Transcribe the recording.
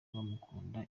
bamukunda